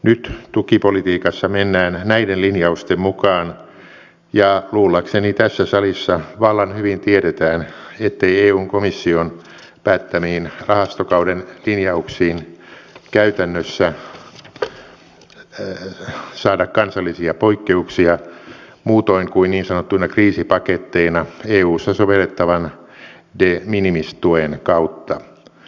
nyt tukipolitiikassa mennään näiden linjausten mukaan ja luullakseni tässä salissa vallan hyvin tiedetään ettei eun komission päättämiin rahastokauden linjauksiin käytännössä saada kansallisia poikkeuksia muutoin kuin niin sanottuina kriisipaketteina eussa sovellettavan de minimis tuen kautta